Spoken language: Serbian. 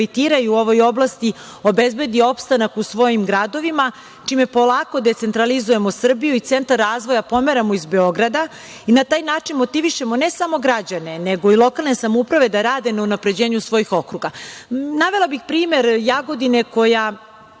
u ovoj oblasti obezbedi opstanak u svojim gradovima, čime polako decentralizujemo Srbiju i centar razvoja pomeramo iz Beograda i na taj način motivišemo, ne samo građane, nego i lokalne samouprave da rade na unapređenju svojih okruga. Navela bih primer Jagodine koja